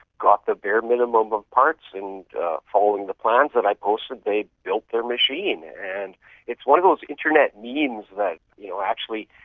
got the bare minimum of parts, and following the plans that i posted they built their machine. and it's one of those internet memes that you know actually,